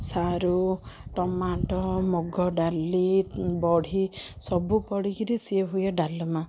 ସାରୁ ଟୋମାଟୋ ମୁଗ ଡାଲି ବଢ଼ି ସବୁ ପଡ଼ିକରି ସିଏ ହୁଏ ଡାଲମା